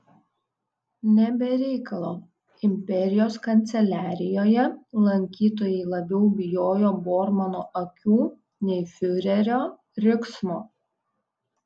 ne be reikalo imperijos kanceliarijoje lankytojai labiau bijojo bormano akių nei fiurerio riksmo